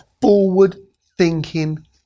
forward-thinking